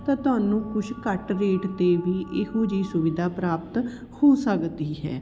ਤਾਂ ਤੁਹਨੂੰ ਕੁਛ ਘੱਟ ਰੇਟ 'ਤੇ ਵੀ ਇਹੋ ਜਿਹੀ ਸੁਵਿਧਾ ਪ੍ਰਾਪਤ ਹੋ ਸਕਦੀ ਹੈ